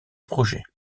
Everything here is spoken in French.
projet